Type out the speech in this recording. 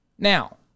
Now